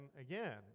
again